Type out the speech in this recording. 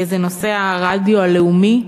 זה נושא הרדיו הלאומי.